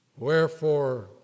Wherefore